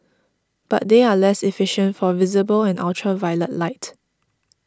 but they are less efficient for visible and ultraviolet light